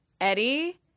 Eddie